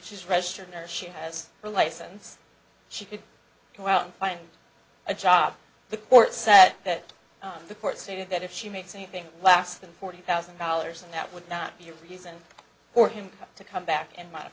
she's registered there she has her license she could go out and find a job the court said that the court stated that if she made something last than forty thousand dollars and that would not be a reason for him to come back and my